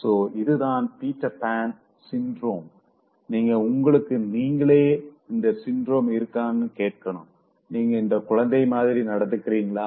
so இதுதான் Peter Pan syndrome நீங்க உங்களுக்கு நீங்களே இந்த சின்றோம் இருக்கான்னு கேட்கணும் நீங்க குழந்தை மாதிரி நடந்துக்றீங்களா